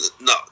No